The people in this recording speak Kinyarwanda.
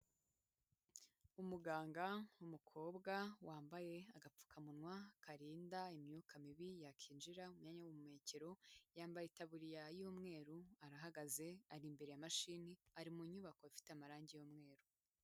Umuganga w'umukobwa wambaye agapfukamunwa karinda imyuka mibi yakinjira mu myanya y'ubuhumekero, yambaye itaburiya y'umweru, arahagaze ari imbere ya mashini, ari mu nyubako ifite amarangi y'umweru.